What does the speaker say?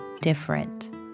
different